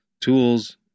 tools